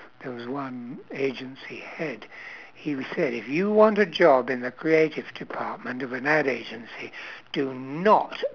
there was one agency head he was said if you want a job in a creative department of an ad agency do not